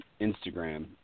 Instagram